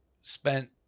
spent